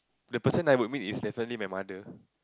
the person I would eat is definitely my mother